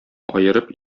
аерып